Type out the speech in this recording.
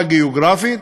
גיאוגרפית,